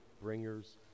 bringers